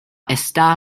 está